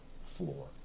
floor